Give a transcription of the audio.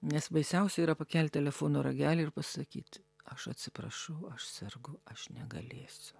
nes baisiausia yra pakelt telefono ragelį ir pasakyt aš atsiprašau aš sergu aš negalėsiu